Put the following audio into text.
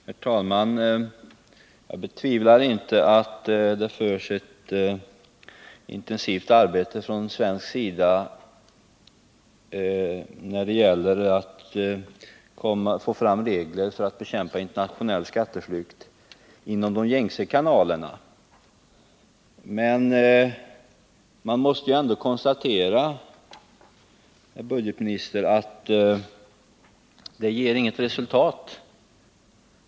Herr talman! Jag betvivlar inte att det pågår ett intensivt arbete från svensk sida när det gäller att få fram regler för att bekämpa internationell skatteflykt genom gängse kanaler. Men man måste ändå konstatera, herr budgetminister, att det inte ger något resultat.